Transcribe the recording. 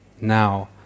now